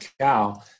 cow